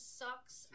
sucks